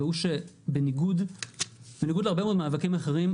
והוא שבניגוד להרבה מאוד מאבקים אחרים,